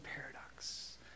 paradox